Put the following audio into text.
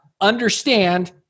understand